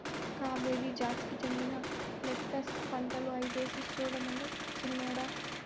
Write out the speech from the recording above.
cabbage జాతికి చెందిన lettuce పంటలు ఐదేసి సూడమను సిన్నోడా